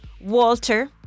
Walter